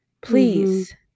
Please